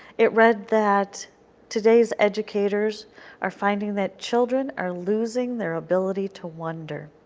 it read that today's educators are finding that children are losing their ability to wonder.